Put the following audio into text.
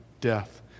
death